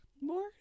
More